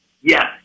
Yes